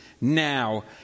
now